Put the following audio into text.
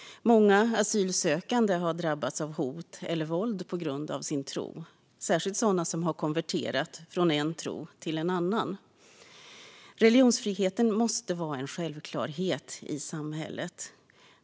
Många asylsökande har drabbats av hot eller våld på grund av sin tro, särskilt sådana som har konverterat från en tro till en annan. Religionsfriheten måste vara en självklarhet i samhället.